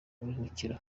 buruhukiro